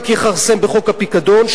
זה רק יכרסם בחוק הפיקדון,